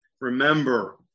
Remember